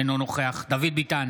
אינו נוכח דוד ביטן,